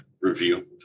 review